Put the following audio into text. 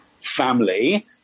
family